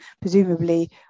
presumably